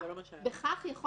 בכך יכול